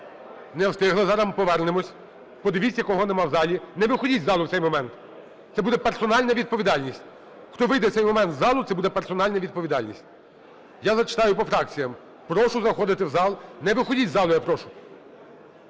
Не встигли. Зараз ми повернемося. Подивіться, кого немає в залі. Не виходьте із залу в цей момент! Це буде персональна відповідальність. Хто вийде в цей момент із залу, це буде персональна відповідальність. Я зачитаю по фракціях. Прошу заходити в зал. Не виходьте із залу, я прошу!